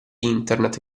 internet